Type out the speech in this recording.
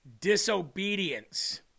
Disobedience